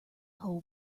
hole